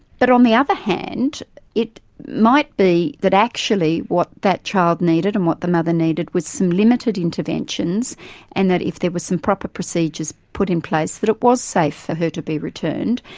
but on the other hand it might be that actually what that child needed and what the mother needed was some limited interventions and that if there were some proper procedures put in place that it was safe for her to be returned,